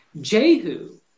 Jehu